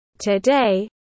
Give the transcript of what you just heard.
Today